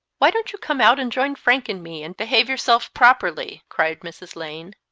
why don't you come out and join frank and me, and behave yourself properly? cried mrs. lane.